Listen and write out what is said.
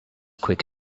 quick